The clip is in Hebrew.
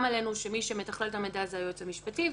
עלינו שמי שמתכלל את המידע זה היועץ המשפטי.